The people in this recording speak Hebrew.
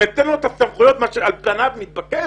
אם ניתן לו את הסמכויות מה שעל פניו מתבקש